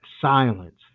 Silence